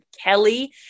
Kelly